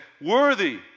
worthy